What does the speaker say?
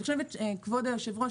כבוד היושב-ראש,